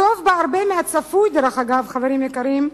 טוב בהרבה מהצפוי, דרך אגב, חברי היקרים,